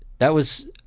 that was